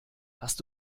hast